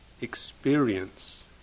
experience